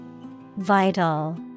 Vital